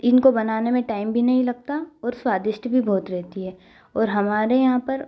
इनको बनाने में टाइम भी नहीं लगता और स्वादिष्ट भी बहुत रहती है और हमारे यहाँ पर